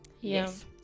Yes